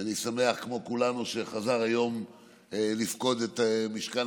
שאני שמח כמו כולנו שחזר היום לפקוד את משכן